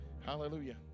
hallelujah